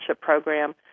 program